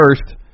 first